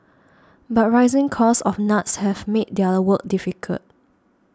but rising costs of nuts have made their work difficult